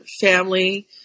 family